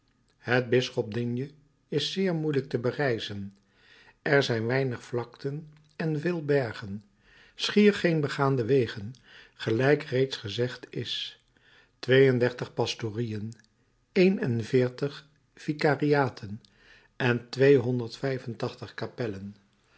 het bisdom digne is zeer moeielijk te bereizen er zijn weinig vlakten en veel bergen schier geen gebaande wegen gelijk reeds gezegd is twee-en-dertig pastorieën één en veertig vicariaten en tweehonderd